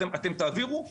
אתם תעבירו חקיקה.